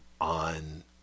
on